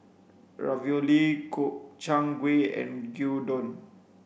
Ravioli Gobchang Gui and Gyudon